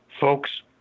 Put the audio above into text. Folks